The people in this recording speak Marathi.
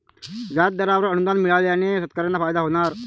व्याजदरावर अनुदान मिळाल्याने शेतकऱ्यांना फायदा होणार